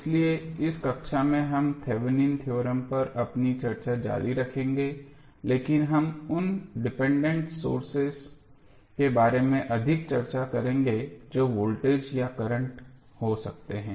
इसलिए इस कक्षा में हम थेवेनिन थ्योरम पर अपनी चर्चा जारी रखेंगे लेकिन हम उन डिपेंडेंट सोर्सेज के बारे में अधिक चर्चा करेंगे जो वोल्टेज या करंट हो सकते हैं